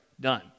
done